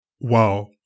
wow